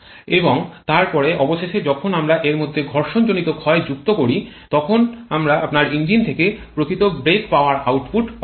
এবং তারপরে অবশেষে যখন আমরা এর মধ্যে ঘর্ষণ জনিত ক্ষয় যুক্ত করি তখন আমরা আপনার ইঞ্জিন থেকে প্রকৃত ব্রেক পাওয়ার আউটপুট পাই